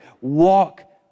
walk